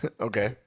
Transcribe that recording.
Okay